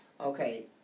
okay